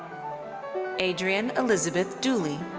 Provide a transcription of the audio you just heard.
adrienne elizabeth dooley.